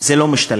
זה לא משתלם.